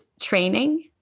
training